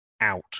out